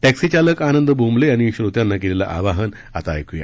taxi चालक आनंद बोंबले यांनी श्रोत्यांना केलेलं आवाहन आता ऐकूया